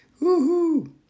Woohoo